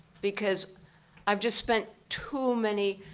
because i've just spent too many